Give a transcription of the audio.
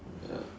ya